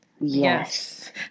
Yes